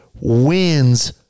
wins